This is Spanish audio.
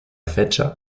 fecha